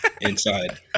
inside